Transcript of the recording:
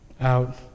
Out